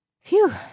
Phew